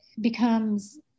becomes